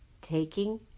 taking